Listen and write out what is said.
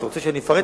אתה רוצה שאפרט?